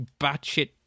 batshit